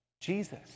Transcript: Jesus